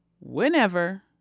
whenever